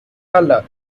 culver